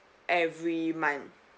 every month